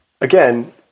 again